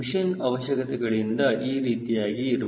mission ಅವಶ್ಯಕತೆಗಳಿಂದ ಈ ರೀತಿಯಾಗಿ ಇರಬಹುದು